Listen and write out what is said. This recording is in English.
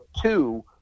two